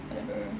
whatever